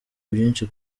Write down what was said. byinshi